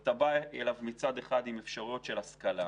אתה בא אליו מצד אחד עם אפשרויות של השכלה,